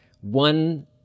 one